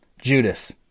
Judas